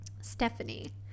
stephanie